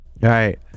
right